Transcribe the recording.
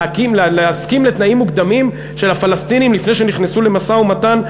להסכים לתנאים מוקדמים של הפלסטינים לפני שנכנסו למשא-ומתן?